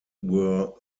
were